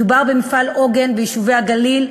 מדובר במפעל עוגן ביישובי הגליל,